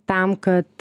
tam kad